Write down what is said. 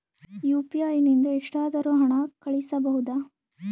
UPI ನಿಂದ ಎಷ್ಟಾದರೂ ಹಣ ಕಳಿಸಬಹುದಾ?